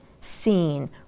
seen